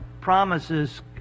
promises